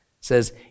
says